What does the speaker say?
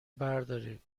بردارید